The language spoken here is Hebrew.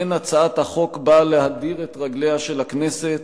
אין הצעת החוק באה להדיר את רגליה של הכנסת,